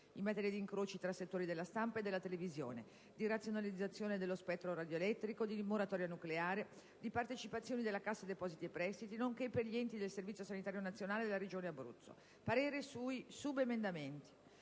in materia di incroci tra settori della stampa e della televisione, di razionalizzazione dello spettro radioelettrico, di moratoria nucleare, di partecipazioni della Cassa depositi e prestiti, nonché per gli enti del Servizio sanitario nazionale della regione Abruzzo